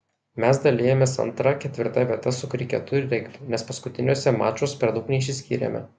mes dalijamės antra ketvirta vietas su kriketu ir regbiu nes paskutiniuose mačuos per daug neišsiskyrėme